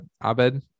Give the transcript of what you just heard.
abed